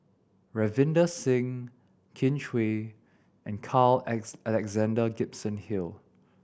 Ravinder Singh Kin Chui and Carl Alex Alexander Gibson Hill